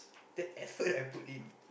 the effort I put in